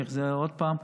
ואני חוזר עוד פעם,